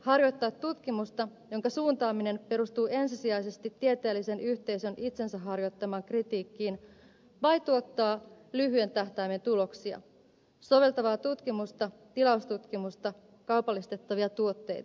harjoittaa tutkimusta jonka suuntaaminen perustuu ensisijaisesti tieteellisen yhteisön itsensä harjoittamaan kritiikkiin vai tuottaa lyhyen tähtäimen tuloksia soveltavaa tutkimusta tilaustutkimusta kaupallistettavia tuotteita